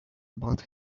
but